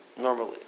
Normally